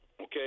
Okay